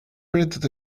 printed